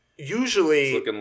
Usually